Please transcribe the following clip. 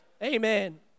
Amen